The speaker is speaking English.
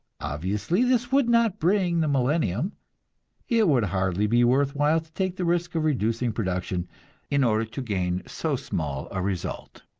obviously, this would not bring the millennium it would hardly be worth while to take the risk of reducing production in order to gain so small a result.